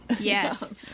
Yes